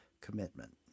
commitment